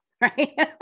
right